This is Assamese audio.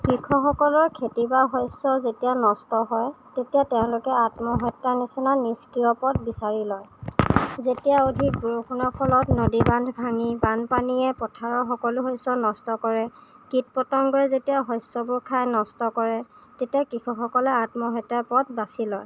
কৃষকসকলৰ খেতি বা শস্য় যেতিয়া নষ্ট হয় তেতিয়া তেওঁলোকে আত্মহত্য়াৰ নিচিনা নিষ্ক্ৰিয় পথ বিচাৰি লয় যেতিয়া অধিক বৰষুণৰ ফলত নদীবান্ধ ভাঙি বানপানীয়ে পথাৰৰ সকলো শস্য় নষ্ট কৰে কীট পতংগই যেতিয়া শস্য়বোৰ খাই নষ্ট কৰে তেতিয়া কৃষকসকলে আত্মহত্য়াৰ পথ বাছি লয়